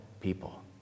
people